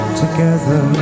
together